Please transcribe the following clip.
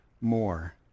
more